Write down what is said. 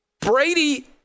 Brady